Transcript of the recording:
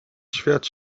świat